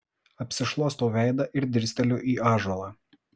apsišluostau veidą ir dirsteliu į ąžuolą